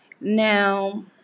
Now